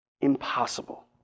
impossible